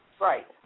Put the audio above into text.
Right